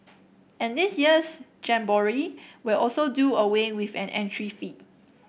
and this year's jamboree will also do away with an entry fee